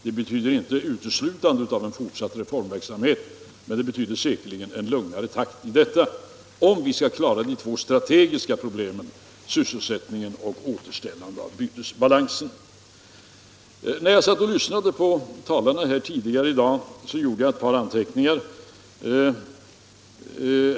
Det betyder inte uteslutande av en fortsatt reformverksamhet, men det betyder säkerligen en lugnare takt, om vi skall klara de två strategiskt viktiga problemen — upprätthållandet av sysselsättningen och återställandet av bytesbalansen. När jag lyssnade till de tidigare talarna i dag gjorde jag ett par anteckningar.